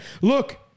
Look